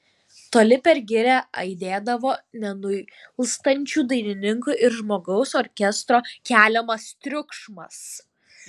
toli per girią aidėdavo nenuilstančių dainininkų ir žmogaus orkestro keliamas triukšmas